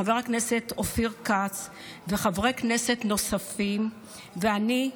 חבר הכנסת אופיר כץ וחברי כנסת נוספים ואני,